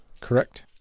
Correct